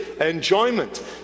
enjoyment